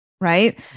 right